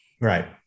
Right